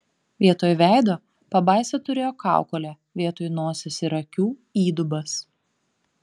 vietoj veido pabaisa turėjo kaukolę vietoj nosies ir akių įdubas